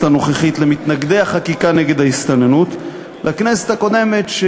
הנוכחית למתנגדי החקיקה נגד ההסתננות בכנסת הקודמת,